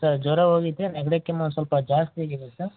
sir ಜ್ವರ ಹೋಗಿದೆ ನೆಗಡಿ ಕೆಮ್ಮು ಸ್ವಲ್ಪ ಜಾಸ್ತಿ ಆಗಿದೆ ಸರ್